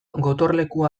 gotorlekua